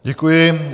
Děkuji.